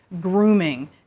grooming